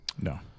No